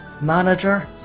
manager